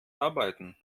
arbeiten